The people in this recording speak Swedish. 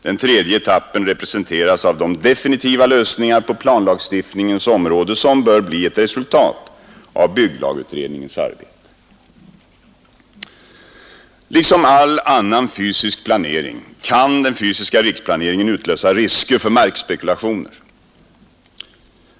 Den tredje etappen representeras av de definitiva lösningar på planlagstiftningens område som bör bli ett resultat av bygglagutredningens arbete. Liksom all annan fysisk planering kan den fysiska riksplaneringen utlösa risker för markspekulationer.